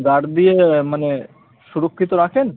guard দিয়ে মানে সুরক্ষিত রাখেন